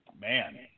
Man